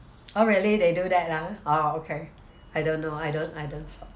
oh really they do that lah oh okay I don't know I don't I don't so